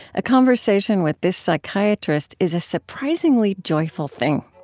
a conversation with this psychiatrist is a surprisingly joyful thing.